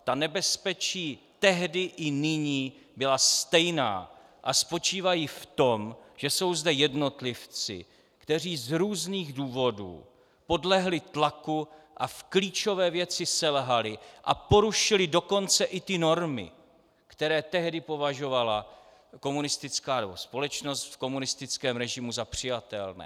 Ta nebezpečí tehdy i nyní byla stejná a spočívají v tom, že jsou zde jednotlivci, kteří z různých důvodů podlehli tlaku a v klíčové věci selhali a porušili dokonce i ty normy, které tehdy považovala komunistická nebo společnost v komunistickém režimu za přijatelné.